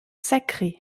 sacré